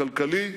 הכלכלי,